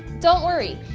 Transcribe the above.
don't worry,